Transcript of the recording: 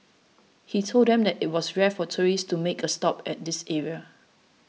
he told them that it was rare for tourists to make a stop at this area